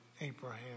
Abraham